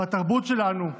בתרבות שלנו,